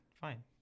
fine